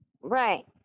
Right